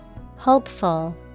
Hopeful